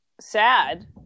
sad